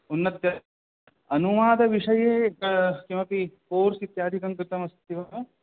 औन्नत्यम् अनुवादविषये किमपि कोर्स् इत्यादिकं कृतमस्ति वा